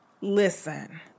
Listen